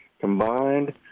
combined